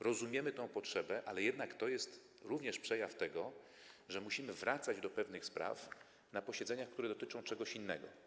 Rozumiemy tę potrzebę, ale to jest również przykład tego, że musimy wracać do pewnych spraw na posiedzeniach, które dotyczą czegoś innego.